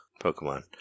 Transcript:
pokemon